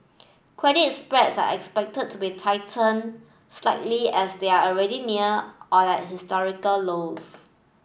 credit spreads are expected to be tightened slightly as they are already near or at historical lows